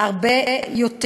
הרבה יותר.